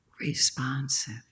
Responsive